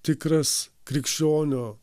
tikras krikščionio